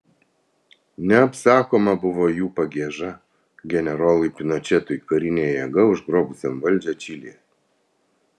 neapsakoma buvo jų pagieža generolui pinočetui karine jėga užgrobusiam valdžią čilėje